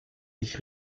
ich